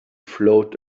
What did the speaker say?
float